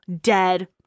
dead